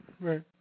Right